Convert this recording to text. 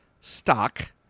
stock